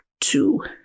two